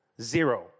zero